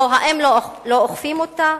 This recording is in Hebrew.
והאם לא אוכפים אותה?